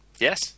Yes